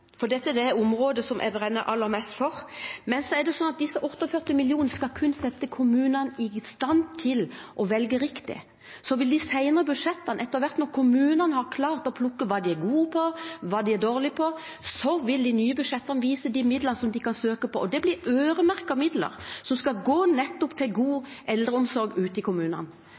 for dette er det området jeg brenner aller mest for. Men det er slik at disse 48 millionene skal kun sette kommunene i stand til å velge riktig. Så vil de senere budsjettene, etter hvert som kommunene har klart å plukke ut hva de er gode og dårlige på, vise de midlene som de kan søke på, og det blir øremerkede midler som skal gå til nettopp god eldreomsorg ute i kommunene.